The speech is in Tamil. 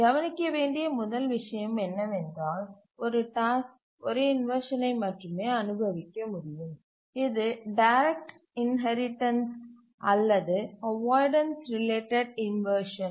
கவனிக்க வேண்டிய முதல் விஷயம் என்னவென்றால் ஒரு டாஸ்க் ஒரு இன்வர்ஷனை மட்டுமே அனுபவிக்க முடியும் இது டைரக்ட் இன்ஹெரிடன்ஸ் அல்லது அவாய்டன்ஸ் ரிலேட்டட் இன்வர்ஷன்